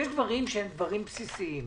יש דברים שהם דברים בסיסיים,